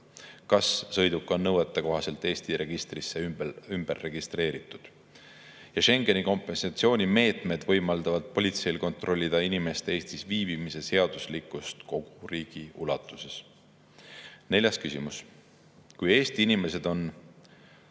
kas sõiduk on nõuetekohaselt Eesti registrisse ümber registreeritud. Schengeni kompensatsioonimeetmed võimaldavad politseil kontrollida inimeste Eestis viibimise seaduslikkust kogu riigi ulatuses. Neljas küsimus: kui Eesti inimesed on